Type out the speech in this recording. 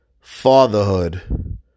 fatherhood